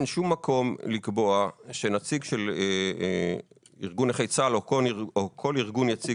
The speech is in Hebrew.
אין שום מקום לקבוע שנציג של ארגון נכי צה"ל או כל ארגון יציג